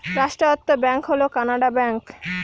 রাষ্ট্রায়ত্ত ব্যাঙ্ক হল কানাড়া ব্যাঙ্ক